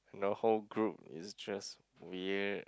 the whole group is just weird